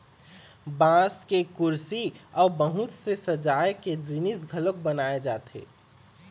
बांस के कुरसी अउ बहुत से सजाए के जिनिस घलोक बनाए जाथे